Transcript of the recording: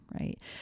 right